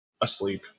asleep